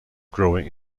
growing